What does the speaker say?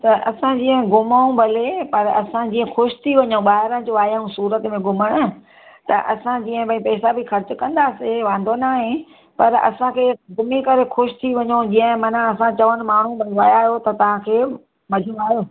त असां जीअं घुमूं भले पर असां जीअं ख़ुशि थी वञूं ॿाहिरां जो आया आहियूं सूरत में घुमणु त असां जीअं भई पैसा बि ख़र्चु कंदासीं वांदो नाहे पर असांखे घुमी करे ख़ुशि थी वञूं जीअं असां चवनि माना माण्हू भई विया आयो त तव्हांखे मज़ो आयो